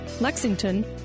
Lexington